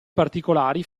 particolari